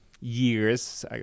years